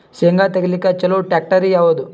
ಶೇಂಗಾ ತೆಗಿಲಿಕ್ಕ ಚಲೋ ಟ್ಯಾಕ್ಟರಿ ಯಾವಾದು?